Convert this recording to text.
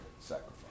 sacrifice